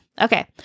Okay